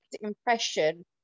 impression